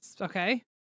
okay